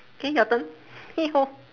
K your turn